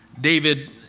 David